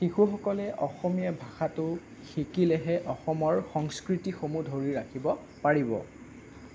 শিশুসকলে অসমীয়া ভাষাটো শিকিলেহে অসমৰ সংস্কৃতিসমূহ ধৰি ৰাখিব পাৰিব